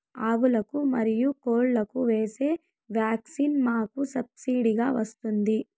ఆవులకు, మరియు కోళ్లకు వేసే వ్యాక్సిన్ మాకు సబ్సిడి గా వస్తుందా?